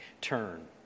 turn